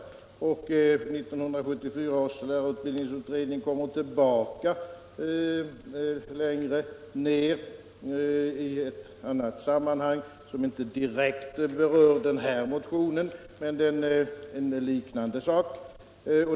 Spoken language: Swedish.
1974 års lärarutbildningsutredning kommer tillbaka längre ner — i ett annat sammanhang, som inte direkt berör den här motionen, men en liknande sak.